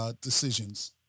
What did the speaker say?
decisions